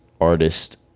artist